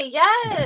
yes